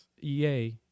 ea